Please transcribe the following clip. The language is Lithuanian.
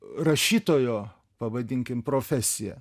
rašytojo pavadinkim profesija